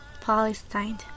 palestine